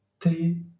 three